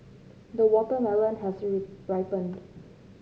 the watermelon has ripened